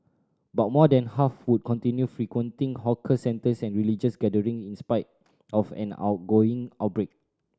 but more than half would continue frequenting hawker centres and religious gathering in spite of an ongoing outbreak